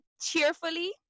cheerfully